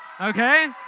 Okay